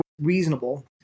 reasonable